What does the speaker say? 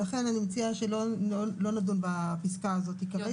ולכן אני מציעה שלא נדון בפסקה הזאת כרגע.